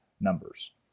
Numbers